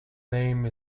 name